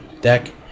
deck